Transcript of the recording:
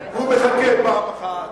והוא מחכה פעם אחת,